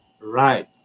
Right